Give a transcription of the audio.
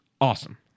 awesome